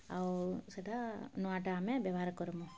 ଆଉ ସେଟା ନୂଆଟା ଆମେ ବ୍ୟବହାର କର୍ମୁ